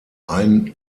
ein